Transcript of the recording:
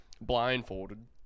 Blindfolded